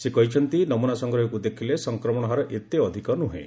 ସେ କହିଛନ୍ତି ନମ୍ରନା ସଂଗ୍ରହକୁ ଦେଖିଲେ ସଂକ୍ରମଣ ହାର ଏତେ ଅଧିକ ନୃହେଁ